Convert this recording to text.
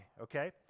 okay